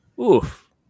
Oof